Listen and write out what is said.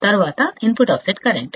తరువాత input offset current